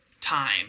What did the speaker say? time